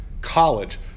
college